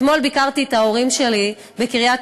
אתמול ביקרתי את ההורים שלי בקריית-ארבע.